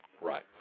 Right